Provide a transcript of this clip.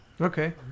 okay